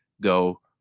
go